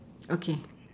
okay